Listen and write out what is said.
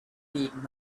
need